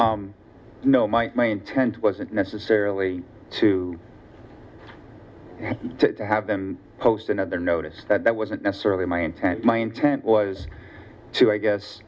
that no might my intent wasn't necessarily to to have them post another notice that that wasn't necessarily my intent my intent was to i guess